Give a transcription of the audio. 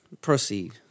Proceed